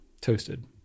toasted